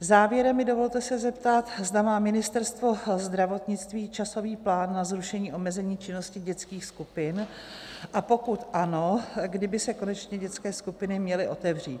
Závěrem mi dovolte se zeptat, zda má Ministerstvo zdravotnictví časový plán na zrušení omezení činnosti dětských skupin, a pokud ano, kdy by se konečně dětské skupiny měly otevřít.